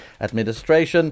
administration